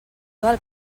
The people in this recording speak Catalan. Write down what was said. del